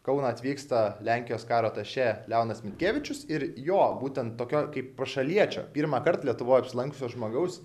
kauną atvyksta lenkijos karo atašė leonas mitkėvičius ir jo būtent tokio kaip prašaliečio pirmąkart lietuvoj apsilankiusio žmogaus